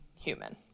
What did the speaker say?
human